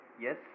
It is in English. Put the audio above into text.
yes